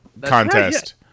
contest